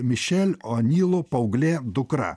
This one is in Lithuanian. mišel onilų paauglė dukra